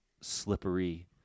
slippery